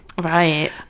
right